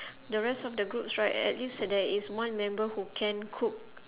the rest of the groups right at least there is one member who can cook